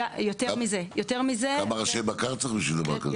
כמה ראשי בקר צריך בשביל דבר כזה?